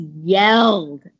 yelled